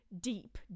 deep